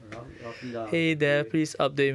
rough~ roughly lah okay